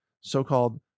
so-called